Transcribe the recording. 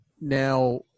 now